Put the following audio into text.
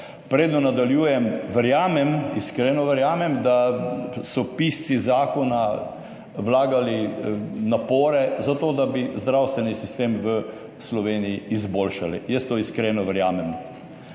Preden nadaljujem, verjamem, iskreno verjamem, da so pisci zakona vlagali napore v to, da bi izboljšali zdravstveni sistem v Sloveniji. Jaz to iskreno verjamem.